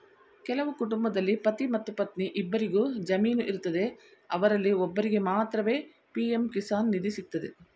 ಕೆಲವು ಕುಟುಂಬದಲ್ಲಿ ಪತಿ ಮತ್ತು ಪತ್ನಿ ಇಬ್ಬರಿಗು ಜಮೀನು ಇರ್ತದೆ ಅವರಲ್ಲಿ ಒಬ್ಬರಿಗೆ ಮಾತ್ರವೇ ಪಿ.ಎಂ ಕಿಸಾನ್ ನಿಧಿ ಸಿಗ್ತದೆ